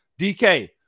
DK